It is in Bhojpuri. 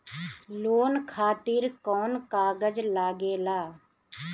लोन खातिर कौन कागज लागेला?